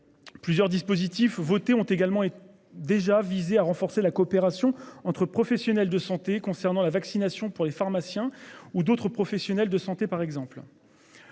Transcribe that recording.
Plusieurs dispositifs votés ont également été déjà visé à renforcer la coopération entre professionnels de santé concernant la vaccination pour les pharmaciens ou d'autres professionnels de santé par exemple.